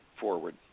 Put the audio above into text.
forward